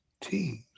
teams